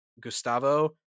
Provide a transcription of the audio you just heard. Gustavo